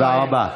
תודה רבה.